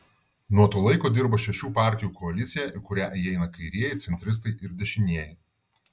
nuo to laiko dirba šešių partijų koalicija į kurią įeina kairieji centristai ir dešinieji